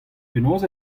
penaos